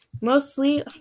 Mostly